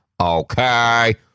Okay